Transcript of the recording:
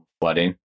flooding